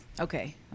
Okay